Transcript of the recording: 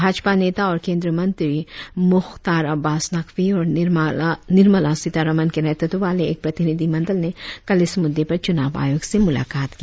भाजपा नेता और केंद्रीय मंत्री मुख्तार अब्बास नकवी और निर्मला सीतारमण के नेतृत्व वाले एक प्रतिनिधिमंडल ने कल इस मुद्दे पर चुनाव आयोग से मुलाकात की